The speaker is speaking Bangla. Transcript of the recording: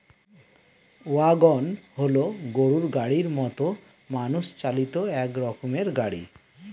ওয়াগন হল গরুর গাড়ির মতো মানুষ চালিত এক রকমের গাড়ি